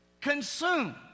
Consume